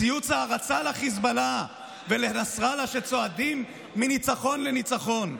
ציוץ הערצה לחיזבאללה ולנסראללה שצועדים מניצחון לניצחון.